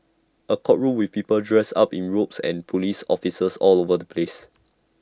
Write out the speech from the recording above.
A courtroom with people dressed up in robes and Police officers all over the place